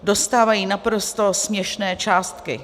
Dostávají naprosto směšné částky.